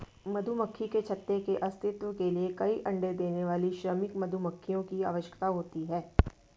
मधुमक्खी के छत्ते के अस्तित्व के लिए कई अण्डे देने वाली श्रमिक मधुमक्खियों की आवश्यकता होती है